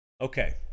Okay